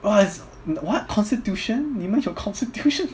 !wah! it's what constitution 你们有 constitution